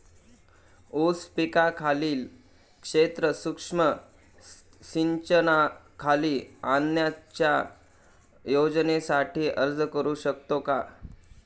ऊस पिकाखालील क्षेत्र सूक्ष्म सिंचनाखाली आणण्याच्या योजनेसाठी अर्ज करू शकतो का?